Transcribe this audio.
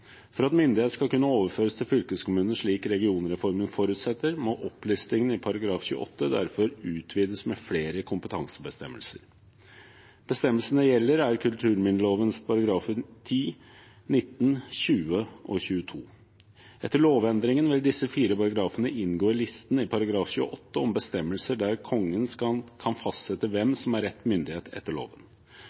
For at myndighet skal kunne overføres til fylkeskommunene slik regionreformen forutsetter, må opplistingen i § 28 derfor utvides med flere kompetansebestemmelser. Bestemmelsene det gjelder, er kulturminneloven §§ 10, 19, 20 og 22. Etter lovendringen vil disse fire paragrafene inngå i listen i § 28 over bestemmelser der Kongen kan fastsette hvem som er rett myndighet etter loven.